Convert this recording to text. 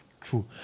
True